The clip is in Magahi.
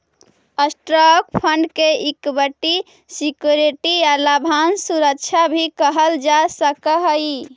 स्टॉक फंड के इक्विटी सिक्योरिटी या लाभांश सुरक्षा भी कहल जा सकऽ हई